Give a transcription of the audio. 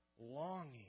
longing